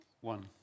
one